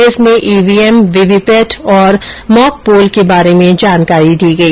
इसमें EVM VVPAT और mock poll के बारे में जानकारी दी गई